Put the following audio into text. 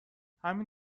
همین